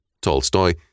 Tolstoy